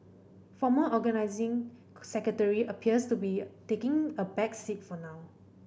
former Organising Secretary appears to be taking a back seat for now